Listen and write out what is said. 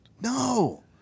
No